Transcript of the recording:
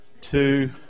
two